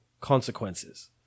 consequences